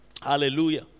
Hallelujah